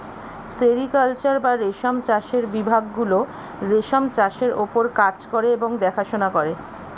sericulture বা রেশম চাষের বিভাগ গুলো রেশম চাষের ওপর কাজ করে এবং দেখাশোনা করে